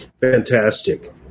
Fantastic